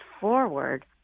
forward